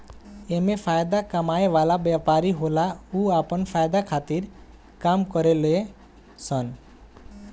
एमे फायदा कमाए वाला व्यापारी होला उ आपन फायदा खातिर काम करेले सन